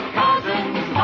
cousins